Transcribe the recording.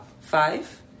Five